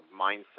mindset